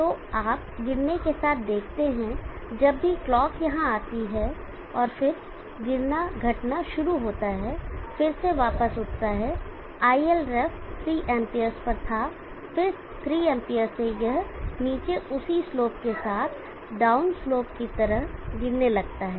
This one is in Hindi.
तो आप गिरने के साथ देखते हैं जब भी क्लॉक यहां आती है और फिर गिरना घटाना शुरू होता है फिर से वापस उठता है ILref 3 एम्प्स पर था फिर 3 एम्प्स से यह नीचे उसी स्लोप के साथ डाउन स्लोप की तरह गिरने लगता है